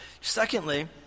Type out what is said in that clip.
Secondly